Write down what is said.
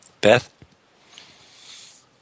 Beth